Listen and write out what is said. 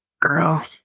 Girl